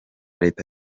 leta